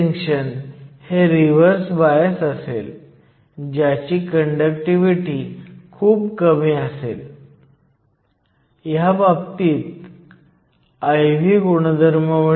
junction समस्या 4 मध्ये जी किंचित लांब समस्या आहे आपण एक pn जंक्शन पाहणार आहोत आणि हे मूलत बायस आहे